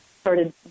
started